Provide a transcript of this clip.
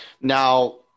Now